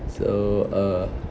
so uh